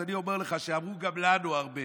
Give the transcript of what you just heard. אז אני אומר לך שאמרו גם לנו הרבה